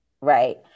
Right